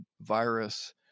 virus